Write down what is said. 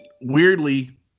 weirdly